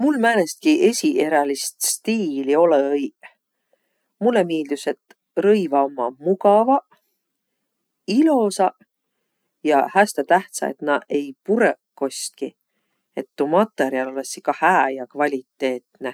Mul määnestkiq esiqerälist stiili olõ-iq. Mullõ miildüs, et rõivaq ommaq mugavaq, ilosaq ja häste tähtsä, et nääq ei purõq kostkiq. Et tuu matõrjal olõssiq ka hää ja kvaliteetne.